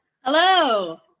hello